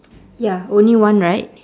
ya only one right